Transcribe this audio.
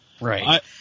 Right